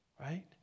Right